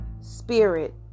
spirit